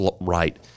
right